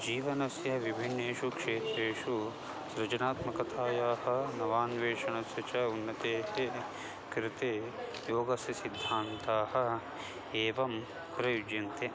जीवनस्य विभिन्नेषु क्षेत्रेषु सृजनात्मकतायाः नवान्वेषणस्य च उन्नतेः कृते योगस्य सिद्धान्ताः एवं प्रयुज्यन्ते